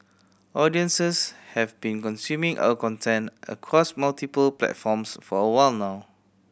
audiences have been consuming our content across multiple platforms for a while now